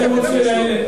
חברת כנסת אדטו, תודה.